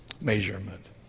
measurement